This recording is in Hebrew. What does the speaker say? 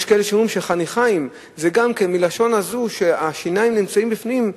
יש כאלה שאומרים שחניכיים זה גם כן מהלשון הזאת: השיניים נמצאות בפנים,